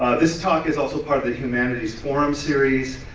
this talk is also part of the humanities forum series,